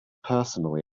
personally